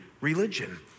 religion